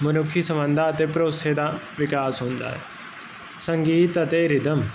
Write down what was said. ਮਨੁੱਖੀ ਸਬੰਧਾ ਅਤੇ ਭਰੋਸੇ ਦਾ ਵਿਕਾਸ ਹੁੰਦਾ ਹੈ ਸੰਗੀਤ ਅਤੇ ਰਿਦਮ